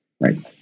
right